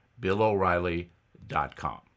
BillO'Reilly.com